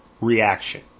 Reaction